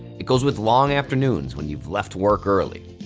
it goes with long afternoons when you've left work early.